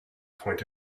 point